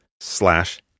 slash